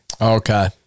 Okay